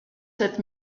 sept